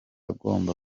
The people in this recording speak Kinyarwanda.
ngomba